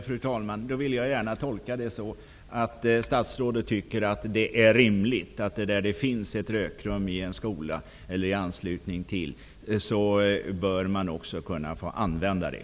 Fru talman! Då vill jag gärna tolka det så att statsrådet tycker att det är rimligt att där det finns ett rökrum i eller i anslutning till en skola bör man kunna få använda det.